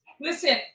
Listen